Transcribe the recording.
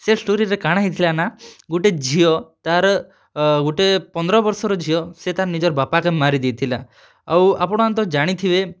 ସେ ଷ୍ଟୋରୀରେ କା'ଣା ହେଇଥିଲା ନା ଗୁଟେ ଝିଅ ତା'ର୍ ଗୁଟେ ପନ୍ଦ୍ର ବର୍ଷର ଝିଅ ସେ ତା'ର୍ ନିଜର୍ ବାପାକେ ମାରି ଦେଇଥିଲା ଆଉ ଆପଣ୍ମାନେ ତ ଜାଣିଥିବେ